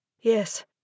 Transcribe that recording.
Yes